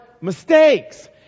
mistakes